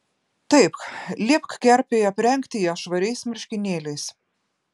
taip liepk kerpei aprengti ją švariais marškinėliais